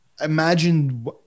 imagine